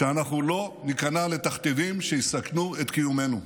שאנחנו לא ניכנע לתכתיבים שיסכנו את קיומנו.